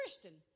Christian